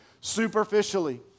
superficially